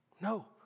No